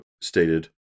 stated